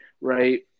right